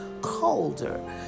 colder